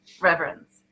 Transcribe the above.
reverence